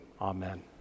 Amen